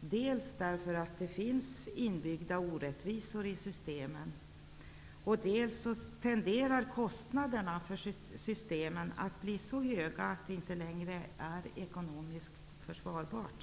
dels därför att det finns inbyggda orättvisor i systemet, dels därför att kostnaderna för systemet tenderar att bli så höga att det inte längre är ekonomiskt försvarbart.